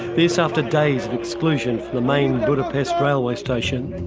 this after days of exclusion from the main budapest railway station.